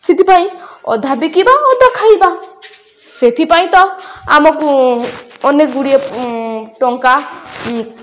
ସେଥିପାଇଁ ଅଧା ବିକିିବା ଅଧା ଖାଇବା ସେଥିପାଇଁ ତ ଆମ ଅନେକଗୁଡ଼ିଏ ଟଙ୍କା